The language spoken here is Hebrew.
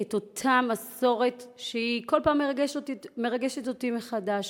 את אותה מסורת, שכל פעם מרגשת אותי מחדש.